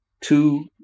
two